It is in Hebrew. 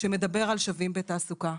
שמדבר על שווים בתעסוקה.